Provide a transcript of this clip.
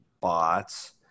bots